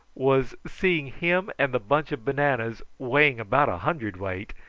was seeing him and the bunch of bananas, weighing about a hundredweight,